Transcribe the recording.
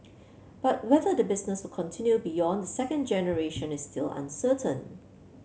but whether the business will continue beyond the second generation is still uncertain